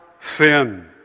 sin